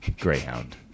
greyhound